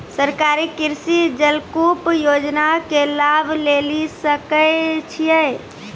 सरकारी कृषि जलकूप योजना के लाभ लेली सकै छिए?